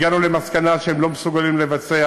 הגענו למסקנה שהם לא מסוגלים לבצע